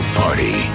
party